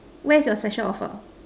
where is your special offer